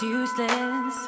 useless